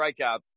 strikeouts